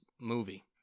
movie